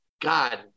god